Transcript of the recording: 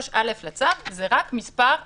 3א לצו זה רק מספר המתקהלים.